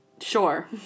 Sure